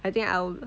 I think I'll